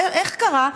איך קרה?